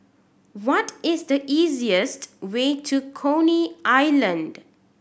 what is the easiest way to Coney Island